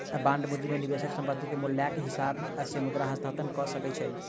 bond पूंजी में निवेशक संपत्ति के मूल्यक हिसाब से मुद्रा हस्तांतरण कअ सकै छै